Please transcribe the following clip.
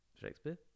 Shakespeare